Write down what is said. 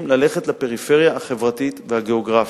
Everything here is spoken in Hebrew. ללכת לפריפריה החברתית והגיאוגרפית.